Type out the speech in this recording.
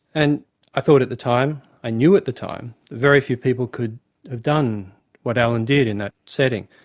and i thought at the time, i knew at the time very few people could have done what alan did in that setting.